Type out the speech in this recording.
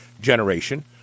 generation